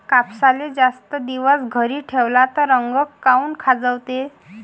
कापसाले जास्त दिवस घरी ठेवला त आंग काऊन खाजवते?